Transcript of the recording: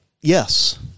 Yes